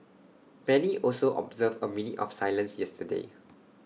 many also observed A minute of silence yesterday